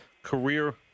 career